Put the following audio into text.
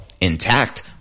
intact